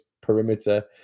perimeter